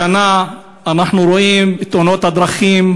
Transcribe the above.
השנה אנחנו את רואים בתאונות הדרכים